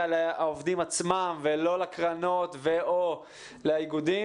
לעובדים עצמם ולא לקרנות ו/או לאיגודים,